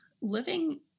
living